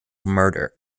murder